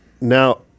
now